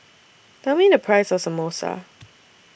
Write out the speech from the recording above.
Tell Me The Price of Samosa